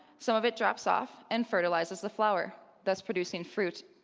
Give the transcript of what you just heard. some of it drops off and fertilizes the flower, thus producing fruit.